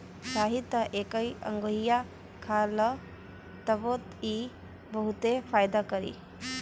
चाही त एके एहुंगईया खा ल तबो इ बहुते फायदा करी